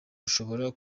ushobora